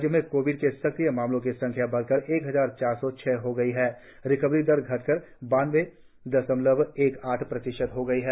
राज्य में कोविड के सक्रिय मामलों की संख्या बढ़कर एक हजार चार सौ छह हो गई है और रिकवरी दर घटकर बानबे दशमलव एक आठ प्रतिशत रह गई है